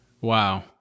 Wow